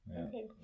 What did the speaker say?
okay